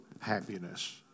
happiness